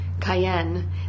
Cayenne